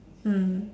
mm